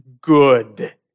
good